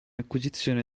acquisizione